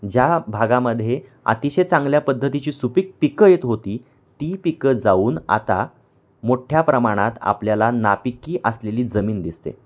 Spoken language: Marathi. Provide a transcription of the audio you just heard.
ज्या भागामध्ये अतिशय चांगल्या पद्धतीची सुपीक पिकं येत होती ती पिकं जाऊन आता मोठ्या प्रमाणात आपल्याला नापिकी असलेली जमीन दिसते